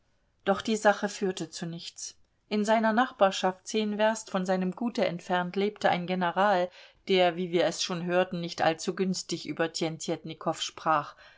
doch die sache führte zu nichts in seiner nachbarschaft zehn werst von seinem gute entfernt lebte ein general der wie wir es schon hörten nicht allzu günstig über tjentjetnikow sprach